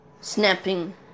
snapping